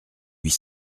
huit